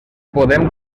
podem